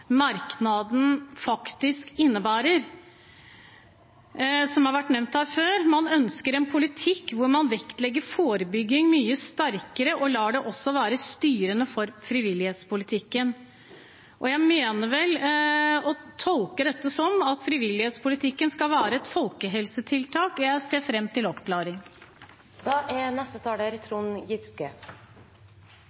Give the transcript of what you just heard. merknaden som har vært nevnt her før, faktisk innebærer: Man ønsker en politikk der man vektlegger forebygging mye sterkere og også lar det være styrende for frivillighetspolitikken. Jeg tolker vel dette slik at frivillighetspolitikken skal være et folkehelsetiltak. Jeg ser fram til en oppklaring. Jeg er